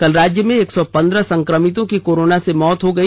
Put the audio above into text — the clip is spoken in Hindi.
कल राज्य में एक सौ पन्द्रह संक्रमितों की कोरोना से मौत हो गई